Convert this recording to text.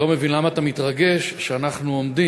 לא מבין למה אתה מתרגש שאנחנו עומדים,